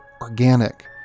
organic